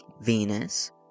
Venus